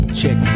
check